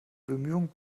bemühungen